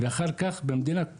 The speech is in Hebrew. ואחר כך במדינה,